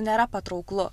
nėra patrauklu